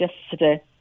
yesterday